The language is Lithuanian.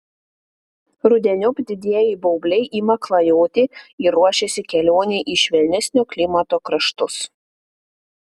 rudeniop didieji baubliai ima klajoti ir ruošiasi kelionei į švelnesnio klimato kraštus